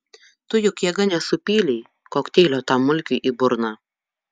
tu juk jėga nesupylei kokteilio tam mulkiui į burną